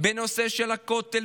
בנושא של הכותל,